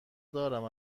دارم